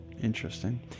Interesting